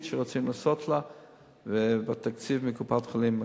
שרוצים לעשות לה מתקציב קופת-חולים "מכבי".